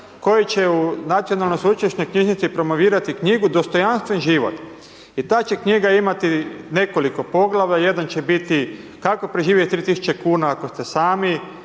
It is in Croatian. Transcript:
koji će u Nacionalnoj sveučilišnoj knjižnici promovirati knjigu dostojanstven život. I ta će knjiga imati nekoliko poglavalja, jedan će biti kako preživjeti s 3000 kn ako ste sami,